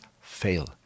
fail